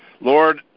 lord